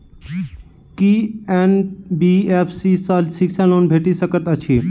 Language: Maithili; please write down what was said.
की एन.बी.एफ.सी सँ शिक्षा लोन भेटि सकैत अछि?